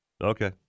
Okay